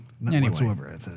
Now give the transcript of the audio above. whatsoever